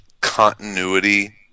continuity